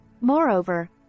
moreover